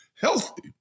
healthy